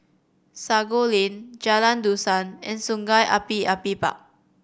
Sago Lane Jalan Dusan and Sungei Api Api Park